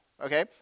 okay